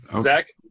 Zach